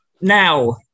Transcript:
now